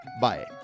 bye